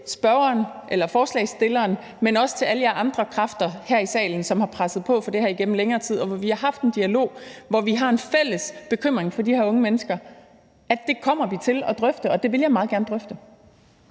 ordføreren for forslagsstillerne, men også over for alle andre her i salen, som har presset på for det her igennem længere tid – og vi har haft en dialog, hvor vi har udtrykt en fælles bekymring for de her unge mennesker – at det kommer vi til at drøfte. Og det vil jeg meget gerne drøfte.